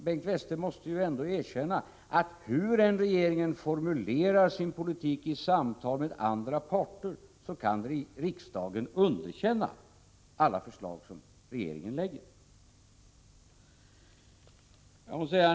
Bengt Westerberg måste väl ändå erkänna att hur än regeringen formulerar sin politik i samtal med andra parter, kan riksdagen underkänna alla förslag som regeringen lägger fram.